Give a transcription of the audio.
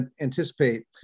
anticipate